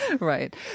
Right